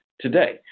today